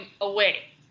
away